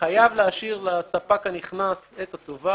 חייב להשאיר לספק הנכנס את הצובר,